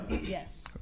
Yes